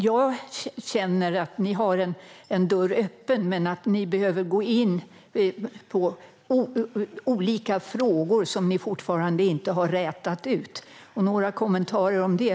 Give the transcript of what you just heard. Jag känner att ni har en dörr öppen men att ni behöver gå in på olika frågor som ni fortfarande inte har klarat ut. Jag vore glad för några kommentarer om det.